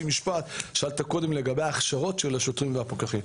שאלת קודם לגבי ההכשרות של השוטרים והפקחים,